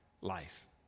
life